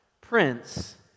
Prince